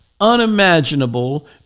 unimaginable